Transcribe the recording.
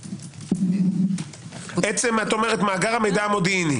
עצם מאגר המידע המודיעיני.